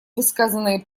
высказанные